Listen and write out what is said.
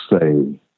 say